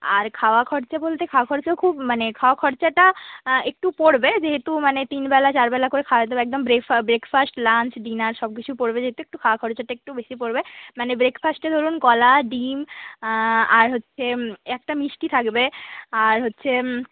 আর খাওয়া খরচা বলতে খাওয়া খরচাও খুব মানে খাওয়া খরচাটা একটু পড়বে যেহেতু মানে তিনবেলা চারবেলা করে খাবার একদম ব্রেকফাস্ট লাঞ্চ ডিনার সব কিছু পড়বে যেহেতু একটু খাওয়া খরচাটা একটু বেশি পড়বে মানে ব্রেকফাস্টে ধরুন কলা ডিম আর হচ্ছে একটা মিষ্টি থাকবে আর হচ্ছে